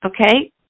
Okay